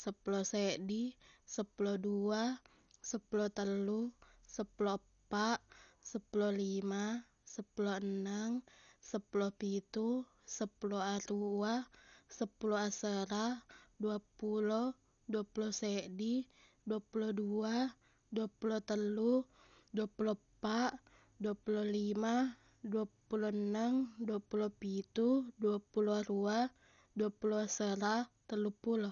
seppulo seddi seppulo dua seppulo tellu seppulo eppaq seppulo lima seppulo enneng seppulo pitu seppulo aruwa seppulo asera duappulo duappulo seddi duappulo dua duappulo tellu duappulo eppaq duappulo lima duappulo enneng duappulo pitu duappulo aruwa duappulo asera telluppulo